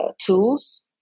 tools